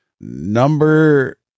number